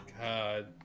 God